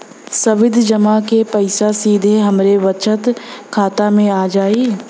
सावधि जमा क पैसा सीधे हमरे बचत खाता मे आ जाई?